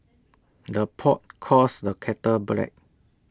the pot calls the kettle black